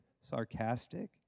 sarcastic